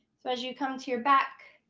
so as you come to your back,